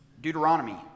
Deuteronomy